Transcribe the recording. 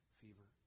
fever